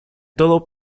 todo